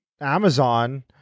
Amazon